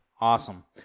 Awesome